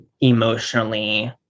emotionally